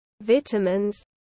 vitamins